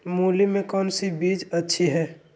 मूली में कौन सी बीज अच्छी है?